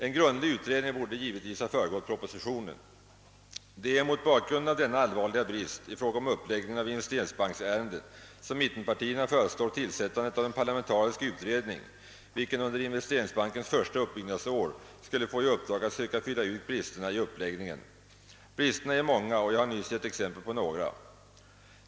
En grundlig utredning borde givetvis ha föregått propositionen. Det är mot bakgrunden av denna allvarliga brist i fråga om uppläggningen av investeringsbanksärendet som mittenpartierna föreslår tillsättandet av en parlamentarisk utredning, vilken under investeringsbankens första uppbyggnadsår skulle få i uppdrag att söka fylla ut bristerna i uppläggningen. Bristerna är många och jag har nyss gett exempel på några.